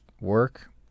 work